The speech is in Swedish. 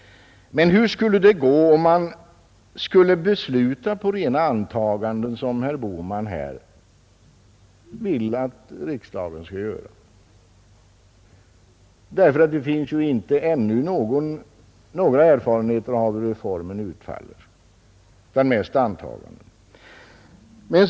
Men hur skulle det gå om man fattade beslut på rena antaganden som herr Bohman vill att riksdagen skall göra. Det finns ju inte ännu några erfarenheter av hur reformen utfaller, utan mest antaganden.